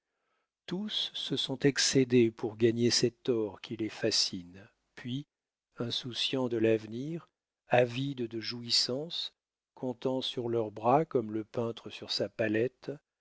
tous se sont excédés pour gagner cet or qui les fascine puis insouciants de l'avenir avides de jouissances comptant sur leurs bras comme le peintre sur sa palette